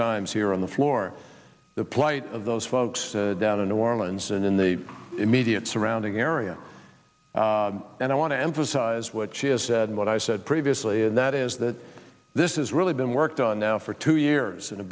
times here on the floor the plight of those folks down in new orleans and in the immediate surrounding area and i want to emphasize what she has said what i said previously and that is that this is really been worked on now for two years in a